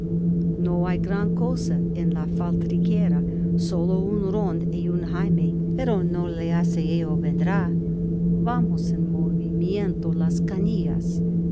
no hay gran cosa en la faltriquera solo un rond y un jaime pero no le hace ello vendrá vamos en movimiento las canillas